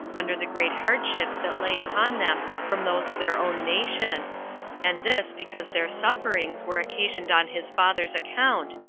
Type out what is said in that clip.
under the great hardships that lay upon them from those of their own nation and this because their sufferings were occasioned on his father's account,